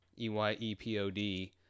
E-Y-E-P-O-D